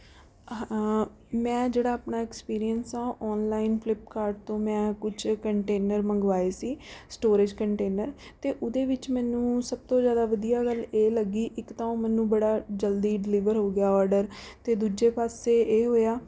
ਮੈਂ ਜਿਹੜਾ ਆਪਣਾ ਐਕਸਪੀਰੀਅੰਸ ਆ ਔਨਲਾਈਨ ਫਲਿੱਪਕਾਟ ਤੋਂ ਮੈਂ ਕੁਝ ਕੰਨਟੇਨਰ ਮੰਗਵਾਏ ਸੀ ਸਟੋਰੇਜ ਕੰਨਟੇਨਰ ਅਤੇ ਉਹਦੇ ਵਿੱਚ ਮੈਨੂੰ ਸਭ ਤੋਂ ਜ਼ਿਆਦਾ ਵਧੀਆ ਗੱਲ ਇਹ ਲੱਗੀ ਇੱਕ ਤਾਂ ਉਹ ਮੈਨੂੰ ਬੜਾ ਜਲਦੀ ਡਿਲੀਵਰ ਹੋ ਗਿਆ ਔਡਰ ਅਤੇ ਦੂਜੇ ਪਾਸੇ ਇਹ ਹੋਇਆ